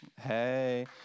Hey